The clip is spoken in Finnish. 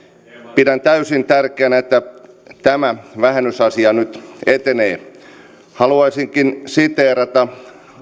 pidän täysin tärkeänä että tämä vähennysasia nyt etenee haluaisinkin siteerata